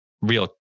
real